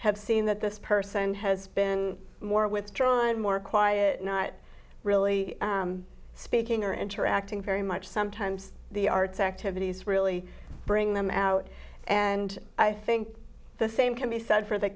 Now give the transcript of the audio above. have seen that this person has been more withdrawn and more quiet not really speaking or interacting very much sometimes the arts activities really bring them out and i think the same can be said for the